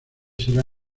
será